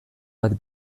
bat